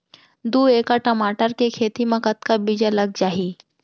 दू एकड़ टमाटर के खेती मा कतका बीजा लग जाही?